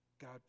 God